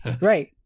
Right